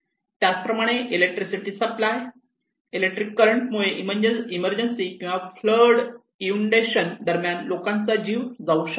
त्याचप्रमाणे electricity supply electric current मुळे emergency किंवा फ्लड इंउंडेशन्स दरम्यान लोकांचा जीव जाऊ शकतो